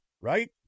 right